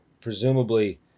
presumably